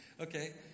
Okay